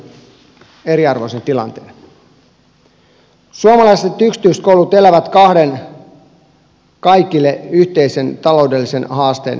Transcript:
suomalaiset yksityiskoulut elävät kahden kaikille yhteisen taloudellisen haasteen keskellä